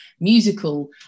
musical